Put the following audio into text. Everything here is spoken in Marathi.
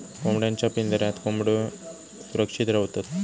कोंबड्यांच्या पिंजऱ्यात कोंबड्यो सुरक्षित रव्हतत